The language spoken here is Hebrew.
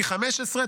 פי 15,